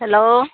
hello